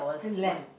lamp